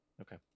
Okay